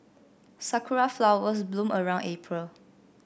sakura flowers bloom around April